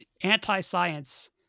anti-science